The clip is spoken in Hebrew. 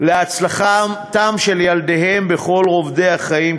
להצלחתם של ילדיהם בכל רובדי החיים,